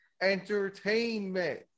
Entertainment